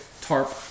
tarp